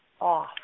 off